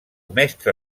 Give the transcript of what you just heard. mestre